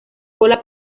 cola